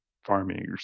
farming